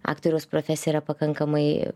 aktoriaus profesija yra pakankamai